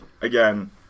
again